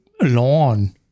lawn